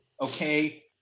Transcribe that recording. Okay